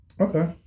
Okay